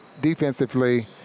defensively